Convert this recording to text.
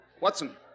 Watson